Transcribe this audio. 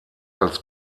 als